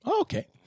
Okay